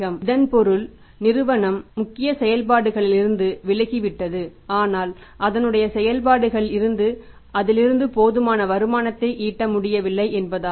இதன் பொருள் நிறுவனம் அதன் முக்கிய செயல்பாடுகளிலிருந்து விலகிவிட்டது அல்லது அதனால் அதனுடைய செயல்பாடுகளில் இருந்து அதிலிருந்து போதுமான வருமானத்தை ஈட்ட முடியவில்லை என்பதாகும்